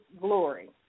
glory